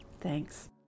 Thanks